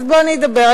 אז בואו אני אדבר,